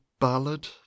Ballad